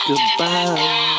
Goodbye